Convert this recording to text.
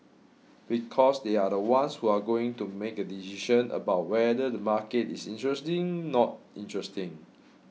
because they are the ones who are going to make a decision about whether the market is interesting not interesting